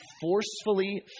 forcefully